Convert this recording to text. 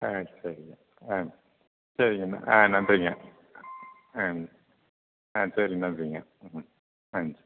ஆ சரிங்க ஆ சரிங்க ஆ நன்றிங்க ஆ ஆ சரி நன்றிங்க ம் தேங்க்ஸ்